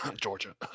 Georgia